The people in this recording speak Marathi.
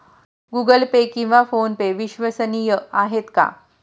गूगल पे किंवा फोनपे विश्वसनीय आहेत का?